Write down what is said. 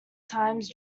times